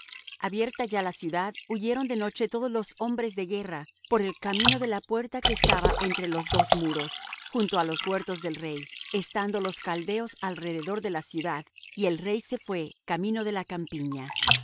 abierta ya la ciudad huyeron de noche todos los hombres de guerra por el camino de la puerta que estaba entre los dos muros junto á los huertos del rey estando los caldeos alrededor de la ciudad y el rey se fué camino de la campiña